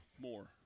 more